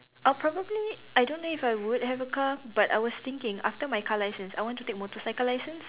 I'll probably I don't know if I would have a car but I was thinking after my car licence I want to take motorcycle licence